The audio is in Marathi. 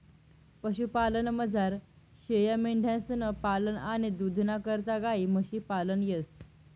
पशुपालनमझार शेयामेंढ्यांसनं पालन आणि दूधना करता गायी म्हशी पालन येस